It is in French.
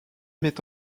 met